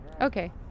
Okay